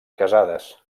casades